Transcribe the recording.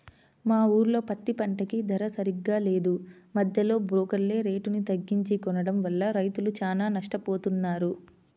మా ఊర్లో పత్తి పంటకి ధర సరిగ్గా లేదు, మద్దెలో బోకర్లే రేటుని తగ్గించి కొనడం వల్ల రైతులు చానా నట్టపోతన్నారు